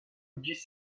dix